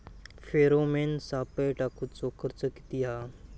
Pheromone सापळे टाकूचो खर्च किती हा?